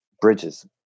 bridges